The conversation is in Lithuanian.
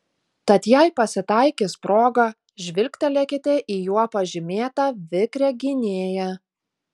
tad jei pasitaikys proga žvilgtelėkite į juo pažymėtą vikrią gynėją